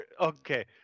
Okay